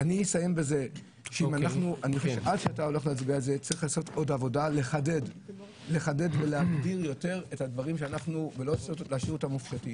אציין שאנחנו מסתכלים גם אחרי תוכניות מחוזיות ואלו עשו קפיצת